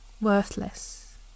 worthless